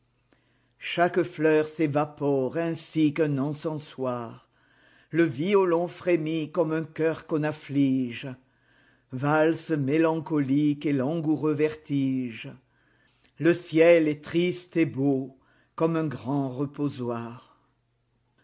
chaque fleur s'évapore ainsi qu'un encensoir le violon frémit comme un cœur qu'on afflige valse méancolique et langoureux vertige le ciel est triste et beau comme un grand reposoir